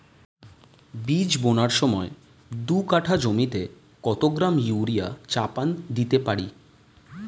বীজ বোনার সময় দু কাঠা জমিতে কত গ্রাম ইউরিয়া চাপান দিতে পারি?